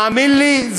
תאמין לי,